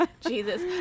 Jesus